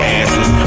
asses